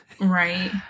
Right